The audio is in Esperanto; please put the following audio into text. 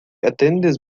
atendis